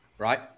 right